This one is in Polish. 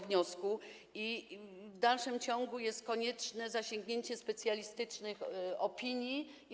W dalszym ciągu jest konieczne zasięgnięcie specjalistycznych opinii.